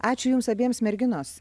ačiū jums abiems merginos